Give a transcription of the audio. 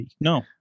No